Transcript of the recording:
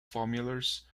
formulas